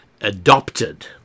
adopted